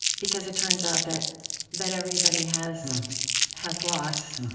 because it turns out that that everybody has has loss.